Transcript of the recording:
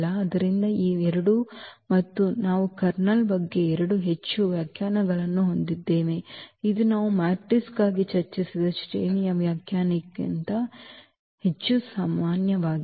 ಆದ್ದರಿಂದ ಈ ಎರಡು ಮತ್ತೆ ನಾವು ಕರ್ನಲ್ ಬಗ್ಗೆ ಎರಡು ಹೆಚ್ಚು ವ್ಯಾಖ್ಯಾನಗಳನ್ನು ಹೊಂದಿದ್ದೇವೆ ಇದು ನಾವು ಮ್ಯಾಟ್ರಿಕ್ಸ್ಗಾಗಿ ಚರ್ಚಿಸಿದ ಶ್ರೇಣಿಯ ವ್ಯಾಖ್ಯಾನಕ್ಕಿಂತ ಹೆಚ್ಚು ಸಾಮಾನ್ಯವಾಗಿದೆ